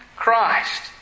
Christ